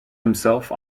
himself